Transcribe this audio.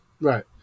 right